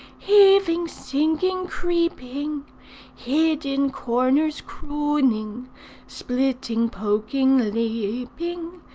heaving, sinking, creeping hid in corners crooning splitting, poking, leaping,